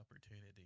opportunity